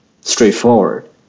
straightforward